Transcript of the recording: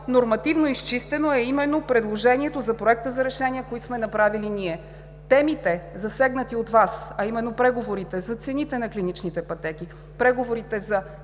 нормативно изчистено е именно предложението за Проекта на решение, което сме направили ние. Темите, засегнати от Вас, а именно преговорите за цените на клиничните пътеки, преговорите за